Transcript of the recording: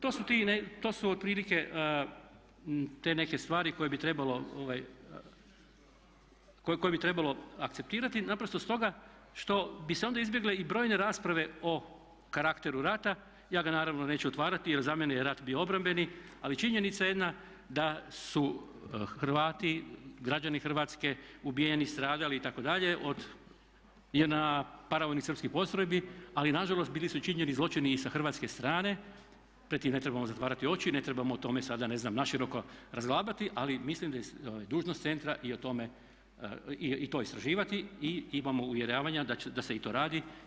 To su otprilike te neke stvari koje bi trebalo akceptirati naprosto stoga što bi se onda izbjegle i brojne rasprave o karakteru rata, ja ga naravno neću otvarati jer za mene je rat bio obrambeni ali činjenica jedna da su Hrvati, građani Hrvatske ubijeni, stradali itd. od JNA paravojnih srpskih postrojbi ali nažalost bili su i činjeni zločini i sa hrvatske strane pred time ne trebamo zatvarati oči, ne trebamo o tome sada naširoko razglabati ali mislim da je dužnost centra i o tome, i to istraživati i imamo uvjeravanja da se i to radi.